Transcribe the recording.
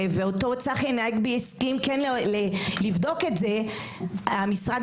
ואותו צחי הנגבי הסכים לבדוק את זה משרד